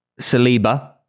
Saliba